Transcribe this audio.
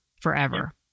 forever